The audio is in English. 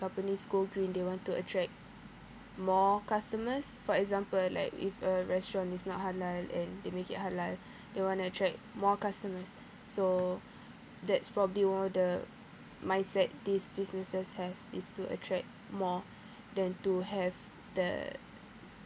companies go green they want to attract more customers for example like if a restaurant is not halal and they make it halal they want to attract more customers so that's probably all the mindset these businesses have is to attract more than to have the